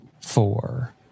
four